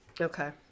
Okay